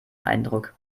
eindruck